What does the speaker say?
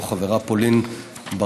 שבו פולין חברה,